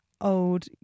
Old